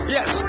Yes